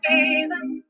Jesus